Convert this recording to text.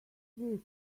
this